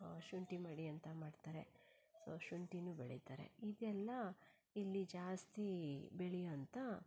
ಶುಂಠಿ ಮಡಿ ಅಂತ ಮಾಡ್ತಾರೆ ಸೊ ಶುಂಠಿನೂ ಬೆಳೀತಾರೆ ಇದೆಲ್ಲ ಇಲ್ಲಿ ಜಾಸ್ತಿ ಬೆಳಿಯುವಂಥ